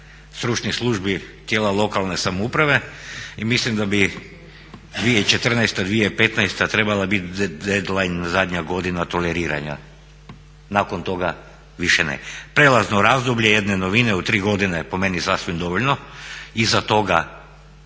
stručnih službi tijela lokalne samouprave i mislim da bi 2014., 2015. trebala biti deadline zadnja godina toleriranja, nakon toga više ne. Prelazno razdoblje jedne novine u 3 godine je po meni sasvim dovoljno, iza toga